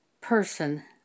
person